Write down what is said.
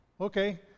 okay